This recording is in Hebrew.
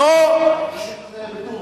בטורקיה,